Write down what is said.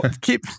Keep